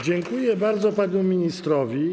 Dziękuję bardzo panu ministrowi.